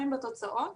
בתוצאות